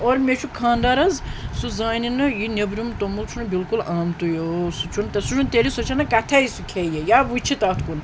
اور مےٚ چھُ خانٛدار حظ سُہ زانہِ نہٕ یہِ نیٚبرِم توٚمُل چھُنہٕ بلکل آمتُے او سُہ چھُنہٕ سُہ چھُنہٕ تیٚلہِ سۄ چھَنہٕ کَتھٔے سُہ کھیٚیہِ یا وُچھہِ تَتھ کُن